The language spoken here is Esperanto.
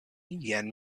jen